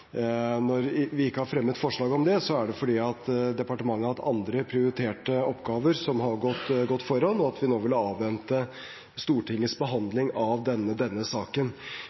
Når vi ikke har fremmet forslag om det, er det fordi departementet har hatt andre prioriterte oppgaver som har gått foran, og at vi ville avvente Stortingets behandling av denne saken.